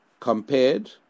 Compared